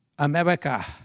America